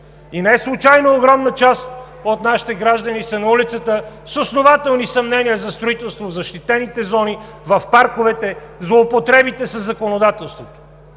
Неслучайно огромна част от нашите граждани са на улицата с основателни съмнения за строителство в защитените зони, в парковете, злоупотребите със законодателството.